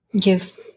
give